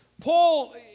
Paul